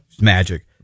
Magic